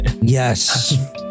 yes